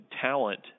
talent